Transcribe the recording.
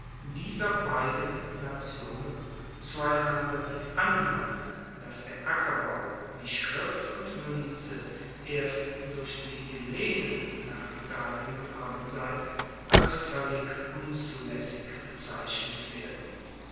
dieser beiden nationen zueinander die annahme dass der ackerbau wie schrift und muenze erst durch die hellenen nach italien gekommen sei als voellig unzulaessig bezeichnet werden